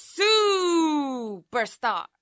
Superstar